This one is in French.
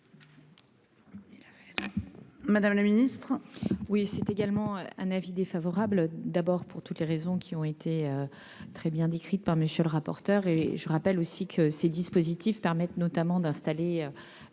Madame la ministre,